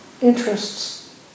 interests